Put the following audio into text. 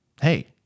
hey